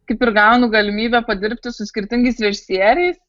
kaip ir gaunu galimybę padirbti su skirtingais režisieriais